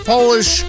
Polish